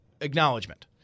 acknowledgement